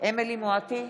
אמילי חיה מואטי,